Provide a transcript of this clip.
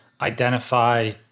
identify